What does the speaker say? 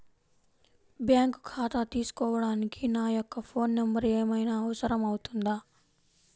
Bank ఖాతా తీసుకోవడానికి నా యొక్క ఫోన్ నెంబర్ ఏమైనా అవసరం అవుతుందా?